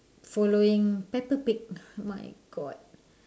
following peppa pig my god